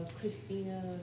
Christina